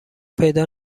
پیدا